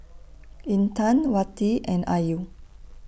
Intan Wati and Ayu